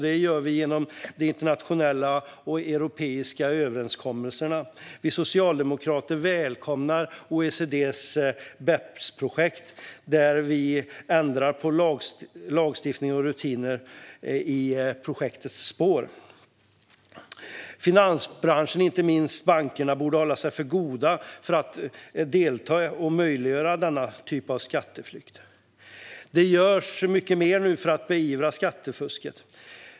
Det gör vi genom de internationella och europeiska överenskommelserna. Vi socialdemokrater välkomnar OECD:s BEPS-projekt, och vi ändrar på lagstiftning och rutiner i projektets spår. Finansbranschen, inte minst bankerna, borde hålla sig för goda för att delta i och möjliggöra denna typ av skatteflykt. Det görs mycket mer nu för att beivra skattefusket.